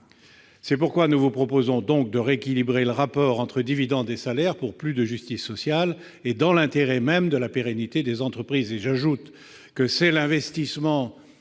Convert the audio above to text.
chers collègues, nous vous proposons donc de rééquilibrer le rapport entre dividendes et salaires, pour plus de justice sociale et dans l'intérêt même de la pérennité des entreprises. J'ajoute que c'est l'investissement